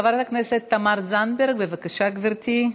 חברת הכנסת תמר זנדברג, בבקשה, גברתי.